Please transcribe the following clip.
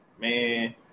man